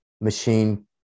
machine